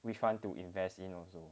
which one to invest in also